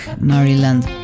Maryland